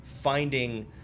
finding